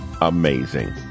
amazing